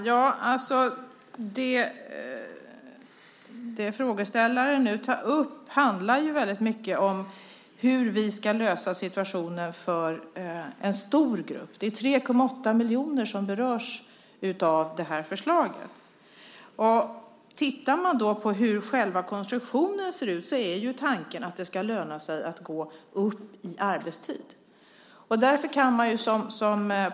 Herr talman! Frågeställaren tar upp hur vi ska lösa situationen för en stor grupp. Det är 3,8 miljoner som berörs av förslaget. Låt oss se på konstruktionen. Tanken är att det ska löna sig att gå upp i arbetstid.